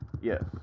Yes